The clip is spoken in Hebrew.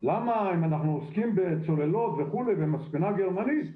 אם אנחנו עוסקים בצוללות וכו' ומספנה גרמנית,